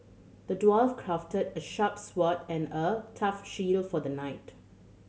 the dwarf crafted a sharp sword and a tough shield for the knight